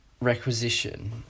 requisition